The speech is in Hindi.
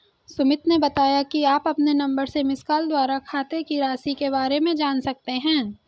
सुमित ने बताया कि आप अपने नंबर से मिसकॉल द्वारा खाते की राशि के बारे में जान सकते हैं